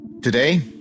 Today